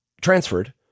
transferred